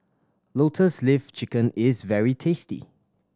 Lotus Leaf Chicken is very tasty